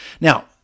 Now